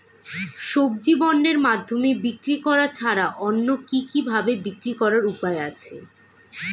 সবজি বন্ডের মাধ্যমে বিক্রি করা ছাড়া অন্য কি কি ভাবে বিক্রি করার উপায় আছে?